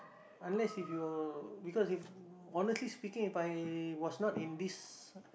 unless if your because if your because if honestly speaking If I was not in this